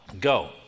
Go